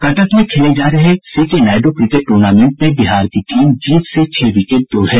कटक में खेले जा रहे सी के नायडू क्रिकेट टूर्नामेंट में बिहार की टीम जीत से छह विकेट दूर है